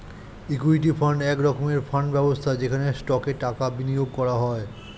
equity fund এক রকমের fund ব্যবস্থা যেখানে স্টকে টাকা বিনিয়োগ করা হয়